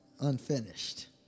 unfinished